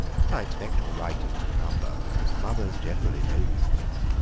but i expect you're right as to the number mothers generally know these things.